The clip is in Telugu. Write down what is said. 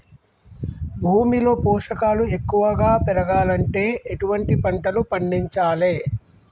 భూమిలో పోషకాలు ఎక్కువగా పెరగాలంటే ఎటువంటి పంటలు పండించాలే?